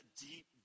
deep